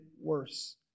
worse